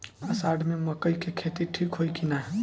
अषाढ़ मे मकई के खेती ठीक होई कि ना?